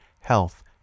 health